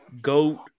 goat